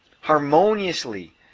harmoniously